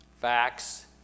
facts